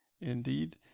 Indeed